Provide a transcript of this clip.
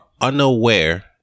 unaware